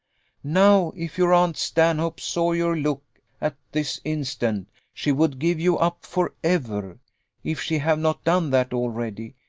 now, if your aunt stanhope saw your look at this instant, she would give you up for ever if she have not done that already.